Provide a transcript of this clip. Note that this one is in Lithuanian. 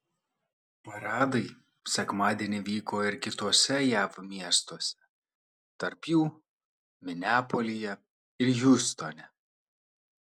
paradai sekmadienį vyko ir kituose jav miestuose tarp jų mineapolyje ir hjustone